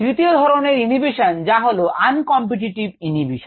তৃতীয় ধরনের ইনহিবিশন হলো আন কম্পেটিটিভ ইনহিবিশন